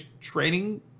training